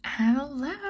Hello